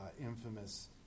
infamous